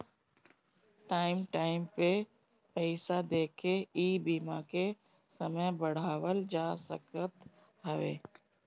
time time पे पईसा देके इ बीमा के समय बढ़ावल जा सकत हवे